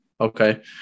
okay